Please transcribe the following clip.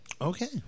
Okay